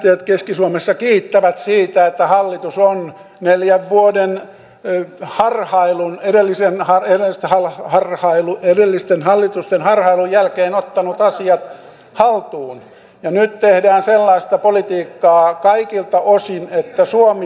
äänestäjät keski suomessa kiittävät siitä että hallitus on neljän vuoden harhailun edellisten hallitusten harhailun jälkeen ottanut asiat haltuun ja nyt tehdään sellaista politiikkaa kaikilta osin että suomi pannaan kuntoon